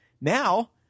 now